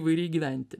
įvairiai gyventi